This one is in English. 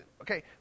Okay